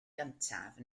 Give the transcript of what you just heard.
gyntaf